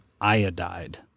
iodide